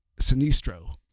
Sinistro